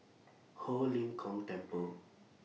Ho Lim Kong Temple